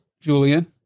Julian